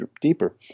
deeper